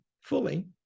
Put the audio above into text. fully